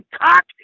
cock